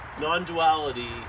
non-duality